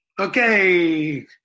Okay